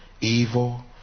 evil